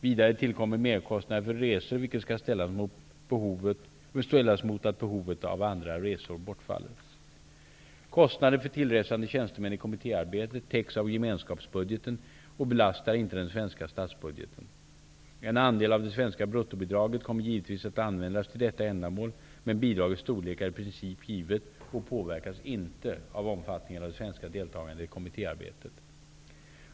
Vidare tillkommer merkostnader för resor, vilket skall ställas mot att behovet av andra resor bortfaller. Kostnader för tillresande tjänstemän i kommittéarbetet täcks av gemenskapsbudgeten och belastar inte den svenska statsbudgeten. En andel av det svenska bruttobidraget kommer givetvis att användas till detta ändamål, men bidragets storlek är i princip givet och påverkas inte av omfattningen av det svenska deltagandet i kommittéarbetet.